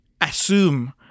assume